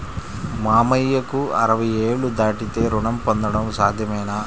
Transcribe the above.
మామయ్యకు అరవై ఏళ్లు దాటితే రుణం పొందడం సాధ్యమేనా?